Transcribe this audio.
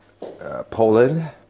Poland